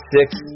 six